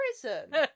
prison